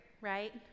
right